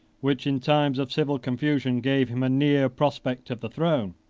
which in times of civil confusion gave him a near prospect of the throne.